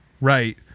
right